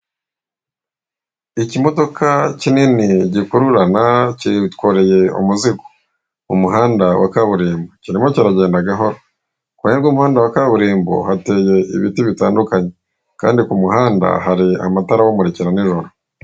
Ikimodoka kinini gikururana kikoreye umuzigo mu muhanda wa kaburimbo, kirimo kiragenda gahoro. Ku ruhande rw'umuhanda wa kaburimbo hateye ibiti bitandukanye kandi ku muhanda hari amatara awumurikira nijoro.